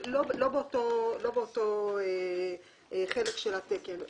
לא באותו חלק של התקן.